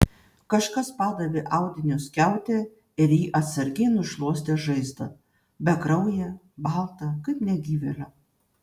kažkas padavė audinio skiautę ir ji atsargiai nušluostė žaizdą bekrauję baltą kaip negyvėlio